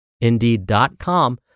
indeed.com